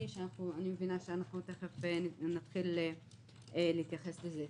שאני מבינה שאנחנו נתחיל להתייחס לזה.